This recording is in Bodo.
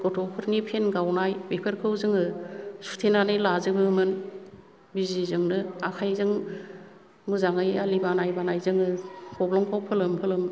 गथ'फोरनि फेन गावनाय बेफोरखौ जोङो सुथेनानै लाजोबोमोन बिजिजोंनो आखाय जों मोजाङै आलि बानाय बानाय जोङो गब्लंखौ फोलोम फोलोम